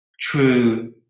true